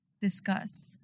discuss